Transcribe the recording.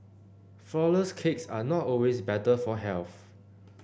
flourless cakes are not always better for health